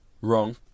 Wrong